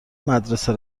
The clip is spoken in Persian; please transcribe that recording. مدرسه